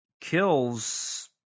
kills